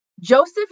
Joseph